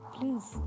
Please